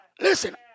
Listen